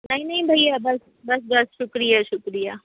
नहीं नहीं भैया बस बस बस शुक्रिया शुक्रिया